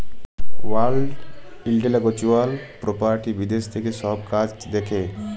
world intellectual property বিদ্যাশ থ্যাকে ছব কাজ দ্যাখে